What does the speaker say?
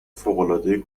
فوقالعاده